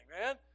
man